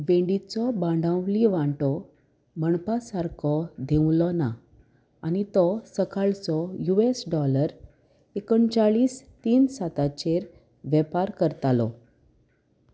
वेडीचो बांडावली वांटो म्हणपा सारको दिवलो ना आनी तो सकाळचो यु एस डॉलर एकोणचाळीस तीन साताचेर वेपार करतालो